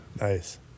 Nice